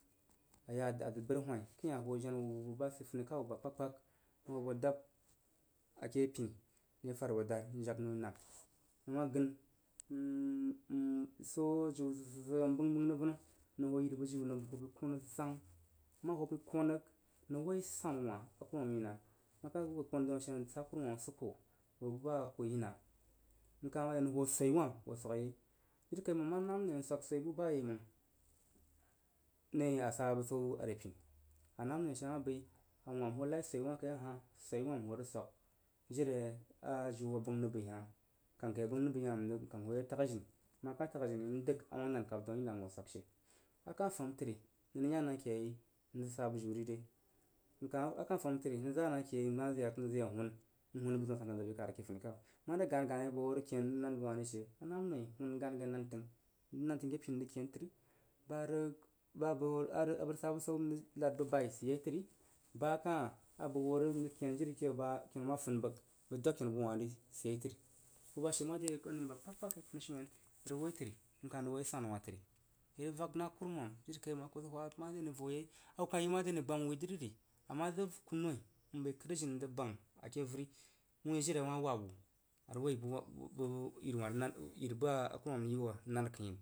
A ya dad zəd bəri whain akəin hah a hoo jena wu bəg ba sid funi kau ri aba kpakpag n hoo das ace pini n yabo dad n jag noin nami. Nəng gən swo jiu sid gid sid n bəng bəng rəg vuwa nəng ho yiri bu jiu nən hoo bəi kon a zəngi nəng hoo bəi kon rəg nəng woi sanu wah a kurumam yina nən ma kah hoo bəu kon dau nashe nəng sa kuruma usuko bəg bu ba a kuyina n kah ma yak nəng swoi wah n hoo swag yei jiri kai məng a ma nam noi n swag swaibu bayeiməng, nəi a sa bəsau a repini, a nam noi she ama bəi a wam hoo lai swoi kai n hoo rəg swag jiri a jiu a bəng rəg bəi kankəi a bəng rəg bəi hah n kang hoo ye tag a dini, n ma kah tag a jini rəg n dəg a wah nan kab daun inda n hoo swag she. A kah fam məi təri n rəg yan na keyei n rəg sa bu jiu ri re. A kah fam məi təri n rəg za na ke yei n zəg ye hun re, m ma zəg yan n zəg ye hun n hun zəg bəg zəun san san zəg bəi kad ake fanikau, mare gani gani u bəg hoo rəg ken n rəg nan bəg wah ri she anamnoi hun gani gani nan təri ba rəg ba bəg rəg sa bəsau n rəg nad bəg bai təri ba kah a bəg hoo rəg n rəg ken jiri je a kena ma fun bəg, bəg dwag kenu bəg wah ri sid yei təri. Bu ba she mare ane a ke funishium ba kpagkpag bərəg woi təri n kah rəg woi sanu wah təri i rəg vak na kuruman jiri kai malng a ku jig hwa mare ane voyei. A ku kah yi mare gbama wuidri ri, a ma zəg kunnoin n bəi kəd n jini n zəg bang ake avəri wui jiri a wah wah wu a rəg bu wah bu yiri wah nan. Yiri ba a kurumama rəg yi wuh nan kənhini.